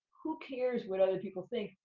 who cares what other people think?